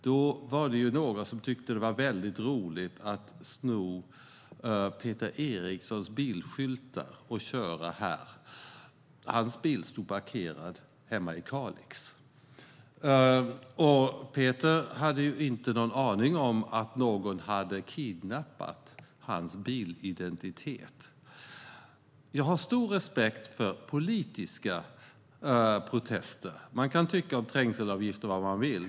Då var det någon som tyckte att det var väldigt roligt att sno Peter Erikssons bilskyltar och köra här i Stockholm. Hans bil stod parkerad hemma i Kalix. Peter hade ju inte en aning om att någon hade kidnappat hans bilidentitet. Jag har stor respekt för politiska protester. Man kan tycka vad man vill om trängselavgifter.